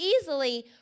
easily